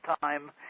time